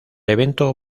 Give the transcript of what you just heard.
evento